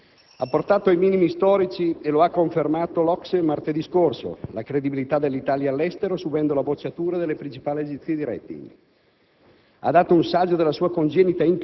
spalle del Paese. Ha portato ai minimi storici, e lo ha confermato l'OCSE martedì scorso, la credibilità dell'Italia all'estero subendo la bocciatura delle principali agenzie di *rating*.